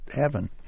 heaven